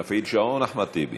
שנפעיל שעון, אחמד טיבי?